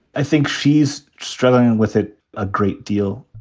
i think she's struggling with it a great deal.